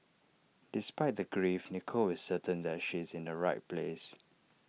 despite the grief Nicole is certain that she is in the right place